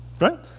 Right